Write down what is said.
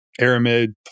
aramid